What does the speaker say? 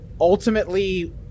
ultimately